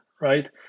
right